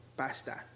pasta